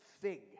fig